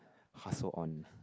hustle on